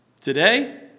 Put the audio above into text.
Today